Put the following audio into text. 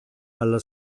alla